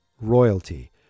royalty